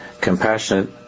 Compassionate